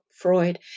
Freud